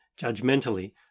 judgmentally